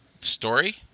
story